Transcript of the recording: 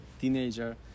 teenager